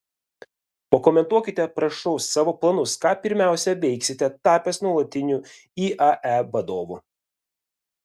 pakomentuokite prašau savo planus ką pirmiausia veiksite tapęs nuolatiniu iae vadovu